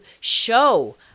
show